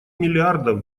миллиардов